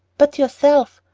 but yourself,